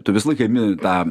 tu visą laiką imi tą